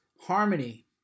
harmony